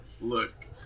Look